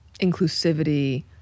inclusivity